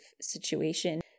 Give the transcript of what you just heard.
situation